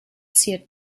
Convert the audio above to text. ziert